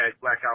blackout